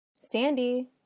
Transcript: Sandy